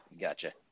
Gotcha